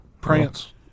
prance